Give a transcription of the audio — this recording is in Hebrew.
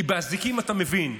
כי באזיקים אתה מבין,